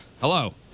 hello